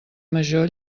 major